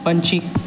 ਪੰਛੀ